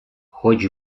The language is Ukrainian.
хоч